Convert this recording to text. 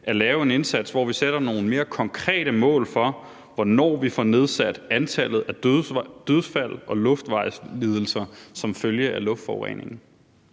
at lave en indsats, hvor vi sætter nogle mere konkrete mål for, hvornår vi får nedsat antallet af dødsfald og antallet af personer med luftvejslidelser som følge af luftforureningen.